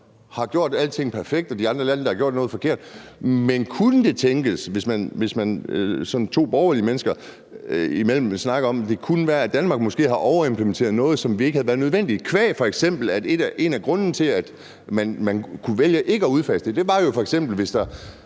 har gjort alting perfekt, og de andre lande, der har gjort noget forkert. Men kunne det tænkes, sådan sagt to borgerlige mennesker imellem, at Danmark måske har overimplementeret noget, hvor det ikke havde været nødvendigt. En af grundene til, at man kunne vælge ikke at udfase det, kunne jo f.eks. være, at der